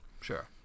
sure